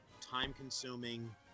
Time-consuming